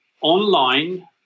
online